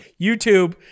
YouTube